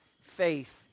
faith